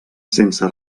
sense